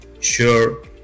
sure